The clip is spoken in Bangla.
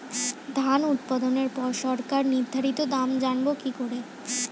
ধান উৎপাদনে পর সরকার নির্ধারিত দাম জানবো কি করে?